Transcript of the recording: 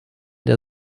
der